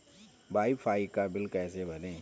Wi fi का bill कैसे भरें?